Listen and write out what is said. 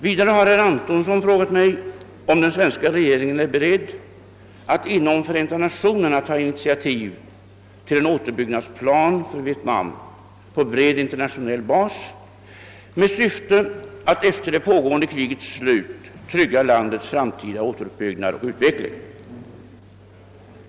Vidare har herr Antonsson frågat mig, om den svenska regeringen är beredd att inom Förenta Nationerna ta initiativ till en återuppbyggnadsplan för Vietnam på bred internationell bas, med syfte att efter det pågående krigets slut trygga landets framtida återuppbyggnad och utveckling.